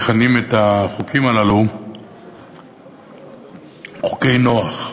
מכנים את החוקים הללו חוקי נו"ח,